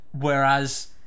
Whereas